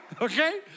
okay